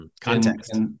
Context